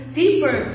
deeper